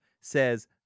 Says